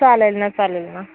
चालेल ना चालेल ना